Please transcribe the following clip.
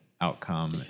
outcome